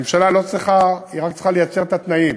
ממשלה לא צריכה, היא רק צריכה לייצר את התנאים,